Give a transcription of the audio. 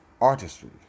artistry